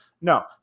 No